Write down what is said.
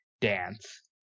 dance